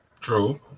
True